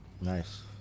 nice